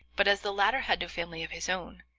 but as the latter had no family of his own,